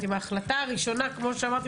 אם ההחלטה הראשונה כמו שאמרתי,